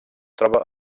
troba